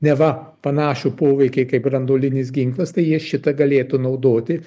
neva panašų poveikį kaip branduolinis ginklas tai jie šitą galėtų naudoti